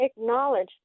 acknowledge